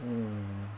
hmm